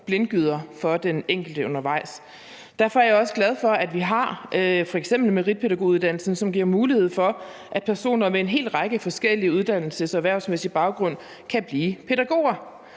blindgyder for den enkelte undervejs. Derfor er jeg også glad for, at vi f.eks. har meritpædagoguddannelsen, som giver mulighed for, at personer med en hel række forskellige uddannelses- og erhvervsmæssige baggrunde kan blive pædagoger.